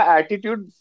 attitude